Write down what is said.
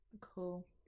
Cool